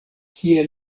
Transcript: kie